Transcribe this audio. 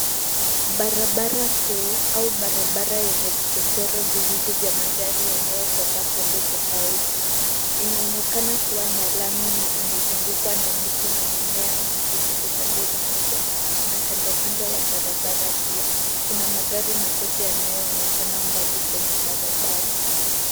Barabara kuu au barabara yenye vichochoro viwili vya magari yanayokwenda pande tofauti. Inaonekana kuwa na lami na imezungukwa na miti na mimea mingine upande mmoja na kando kando ya barabara pia. Kuna magari machache yanayoonekana mbali kwenye barabar.